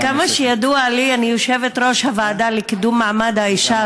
עד כמה שידוע לי אני יושבת-ראש הוועדה לקידום מעמד האישה,